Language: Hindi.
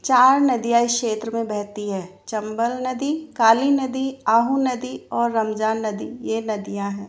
चार नदियाँ इस क्षेत्र में बहती हैं चंबल नदी काली नदी आहू नदी और रमजान नदी ये नदियाँ हैं